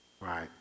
right